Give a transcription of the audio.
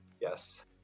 Yes